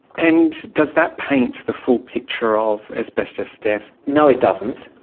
and does that paint the full picture of asbestos deaths? no, it doesn't.